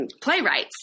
playwrights